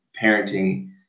parenting